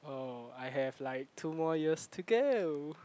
oh I have like two more years to go